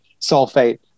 sulfate